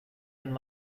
and